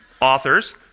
authors